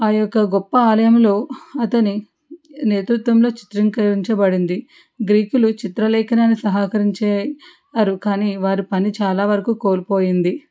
ఆ యొక్క గొప్ప ఆలయంలో అతని నేతృత్వంలో చిత్రీకరించబడింది గ్రీకులు చిత్రలేఖను సహకరించే వారు కానీ వారి పని చాలా వరకు కోల్పోయింది